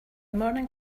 morning